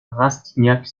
rastignac